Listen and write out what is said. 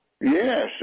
Yes